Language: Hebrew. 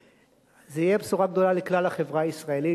אלא זו תהיה בשורה גדולה לכלל החברה הישראלית,